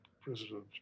President